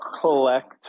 collect